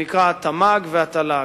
שנקרא התמ"ג והתל"ג,